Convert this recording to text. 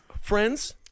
friends